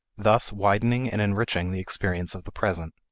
thus widening and enriching the experience of the present.